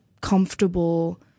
comfortable